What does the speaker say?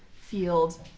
field